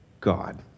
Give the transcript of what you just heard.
God